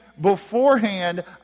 beforehand